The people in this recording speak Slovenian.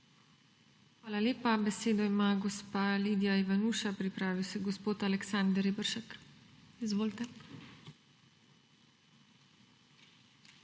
Hvala lepa. Besedo ima gospa Lidija Ivanuša. Pripravi se gospod Aleksander Reberšek. Izvolite.